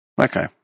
Okay